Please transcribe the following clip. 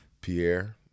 Pierre